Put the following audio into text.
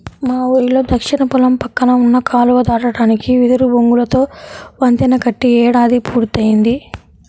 మా ఊరిలో దక్షిణ పొలం పక్కన ఉన్న కాలువ దాటడానికి వెదురు బొంగులతో వంతెన కట్టి ఏడాది పూర్తయ్యింది